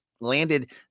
landed